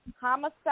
homicide